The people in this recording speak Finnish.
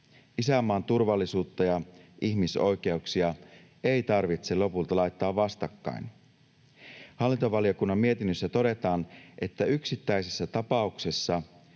Isänmaan turvallisuutta ja ihmisoikeuksia ei tarvitse lopulta laittaa vastakkain. Hallintovaliokunnan mietinnössä todetaan, että yksittäisissä tapauksissa